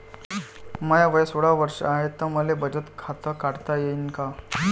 माय वय सोळा वर्ष हाय त मले बचत खात काढता येईन का?